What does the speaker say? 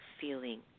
feeling